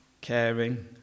caring